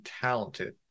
talented